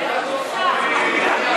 זאת בושה.